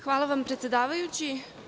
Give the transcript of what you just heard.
Hvala vam, predsedavajući.